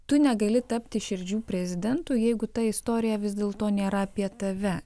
tu negali tapti širdžių prezidentu jeigu ta istorija vis dėlto nėra apie tave